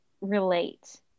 relate